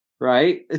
Right